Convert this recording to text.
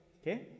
Okay